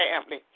family